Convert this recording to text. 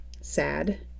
sad